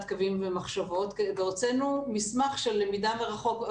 קוים ומחשבות והוצאנו מסמך של למידה מרחוק,